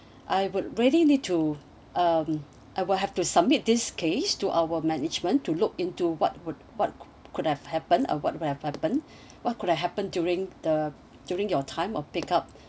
I would really need to um I will have to submit this case to our management to look into what would what could have happened uh what would have happened what could have happened during the during your time of pick up